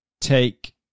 take